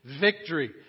victory